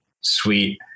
sweet